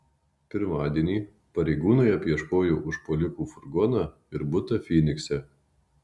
pirmadienį pareigūnai apieškojo užpuolikų furgoną ir butą fynikse